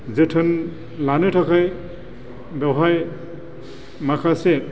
जोथोन लानो थाखाय बेवहाय माखासे